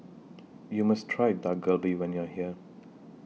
YOU must Try Dak Galbi when YOU Are here